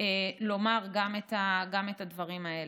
לומר גם את הדברים האלה.